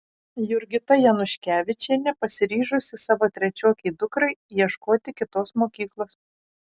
jurgita januškevičienė pasiryžusi savo trečiokei dukrai ieškoti kitos mokyklos